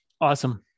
awesome